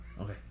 okay